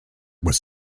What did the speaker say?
was